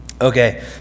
Okay